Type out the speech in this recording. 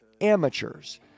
amateurs